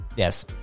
Yes